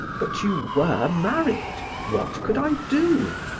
but you were married! what could i do?